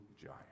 giant